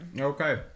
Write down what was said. Okay